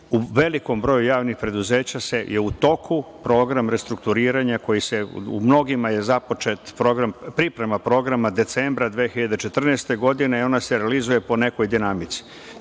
velikom broju javnih preduzeća je u toku program restrukturiranja. U mnogima je započet program, priprema programa, decembra 2014. godine i ona se realizuje po nekoj dinamici.